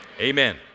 Amen